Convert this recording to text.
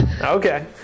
Okay